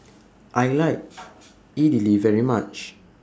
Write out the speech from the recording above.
I like Idili very much